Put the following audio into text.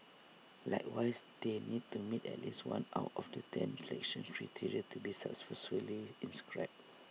likewise they need to meet at least one out of the ten selection criteria to be successfully inscribed